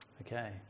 okay